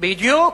בדיוק.